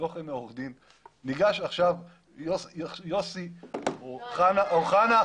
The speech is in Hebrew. עכשיו יוסי או חנה,